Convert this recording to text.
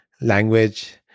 language